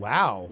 Wow